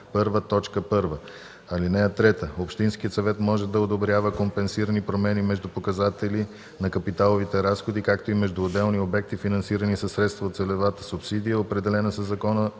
по чл. 125, ал. 1, т. 1. (3) Общинският съвет може да одобрява компенсирани промени между показатели на капиталовите разходи, както и между отделни обекти, финансирани със средства от целевата субсидия, определена със Закона